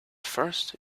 first